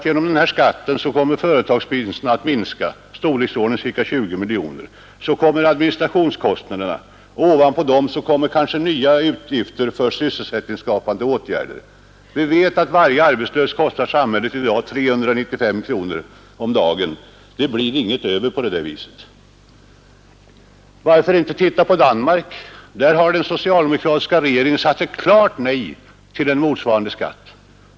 Genom denna skatt kommer företagsvinsterna att minska med ca 20 miljoner kronor, till detta kommer administrationskostnaderna och ovanpå dem kanske nya utgifter för sysselsättningsskapande åtgärder. Vi vet att varje arbetslös kostar samhället 395 kronor om dagen. På det viset blir det inget över. Varför inte titta på Danmark. Där har den socialdemokratiska regeringen sagt ett klart nej till en motsvarande skatt.